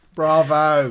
Bravo